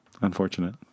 Unfortunate